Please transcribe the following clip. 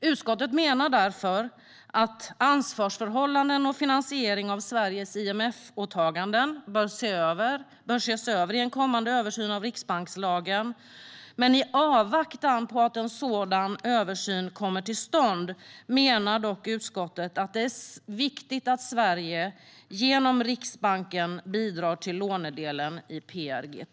Utskottet menar därför att ansvarsförhållanden och finansiering av Sveriges IMF-åtaganden bör ses över i en kommande översyn av riksbankslagen. I avvaktan på att en sådan översyn kommer till stånd menar dock utskottet att det är viktigt att Sverige, genom Riksbanken, bidrar till lånedelen i PRGT.